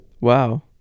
Wow